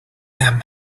them